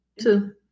Two